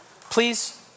please